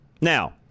Now